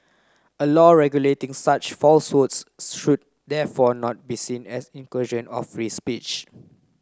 a law regulating such falsehoods should therefore not be seen as incursion of free speech